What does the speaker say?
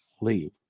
leave